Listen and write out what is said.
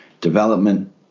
Development